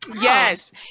Yes